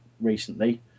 recently